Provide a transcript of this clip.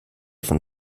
von